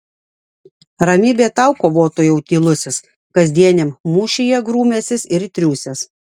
ramybė tau kovotojau tylusis kasdieniam mūšyje grūmęsis ir triūsęs